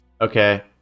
Okay